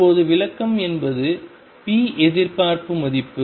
இப்போது விளக்கம் என்பது p எதிர்பார்ப்பு மதிப்பு